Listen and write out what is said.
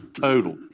Total